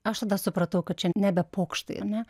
aš tada supratau kad čia nebe pokštai ar ne